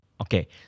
Okay